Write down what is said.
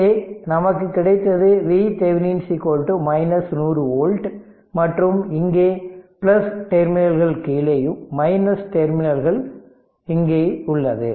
இங்கே நமக்கு கிடைத்தது VThevenin 100 வோல்ட் மற்றும் இங்கே டெர்மினல்கள் கீழேயும் டெர்மினல்கள் இங்கே உள்ளது